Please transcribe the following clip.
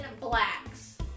blacks